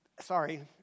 Sorry